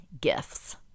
Gifts